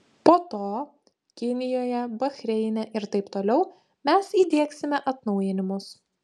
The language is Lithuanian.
po to kinijoje bahreine ir taip toliau mes įdiegsime atnaujinimus